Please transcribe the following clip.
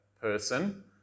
person